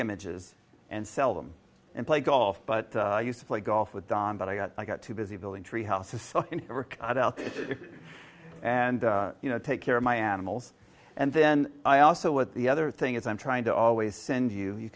images and sell them and play golf but i used to play golf with don but i got i got too busy building treehouses so i doubt and you know take care of my animals and then i also what the other thing is i'm trying to always send you you